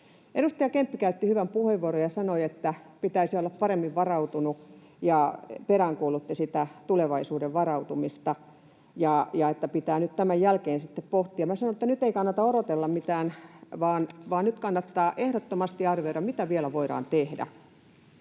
Edustaja Kemppi käytti hyvän puheenvuoron ja sanoi, että pitäisi olla paremmin varautunut, ja peräänkuulutti sitä tulevaisuuden varautumista ja sitä, että pitää nyt tämän jälkeen sitten pohtia. Minä sanon, että nyt ei kannata odotella mitään, vaan nyt kannattaa ehdottomasti arvioida, mitä vielä voidaan tehdä,